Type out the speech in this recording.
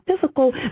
physical